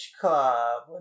Club